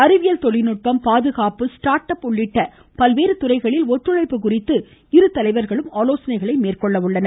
அறிவியல் தொழில்நுட்பம் பாதுகாப்பு ஸ்டாா்ட் அப் உள்ளிட்ட பல்வேறு துறைகளில் ஒத்துழைப்பு குறித்து இரு தலைவர்களும் ஆலோசனைகளை நடத்த உள்ளனர்